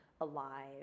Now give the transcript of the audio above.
alive